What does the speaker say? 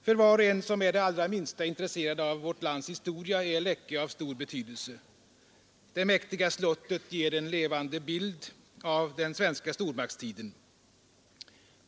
För var och en som är det allra minsta intresserad av vårt lands historia är Läckö av största betydelse. Det mäktiga slottet ger en levande bild av den svenska stormaktstiden.